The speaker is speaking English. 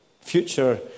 future